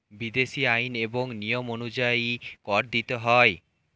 বিদেশী আইন এবং নিয়ম অনুযায়ী কর দিতে হয়